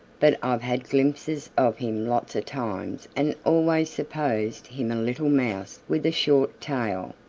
but i've had glimpses of him lots of times and always supposed him a little mouse with a short tail.